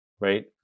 right